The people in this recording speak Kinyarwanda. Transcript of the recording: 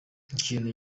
ikintu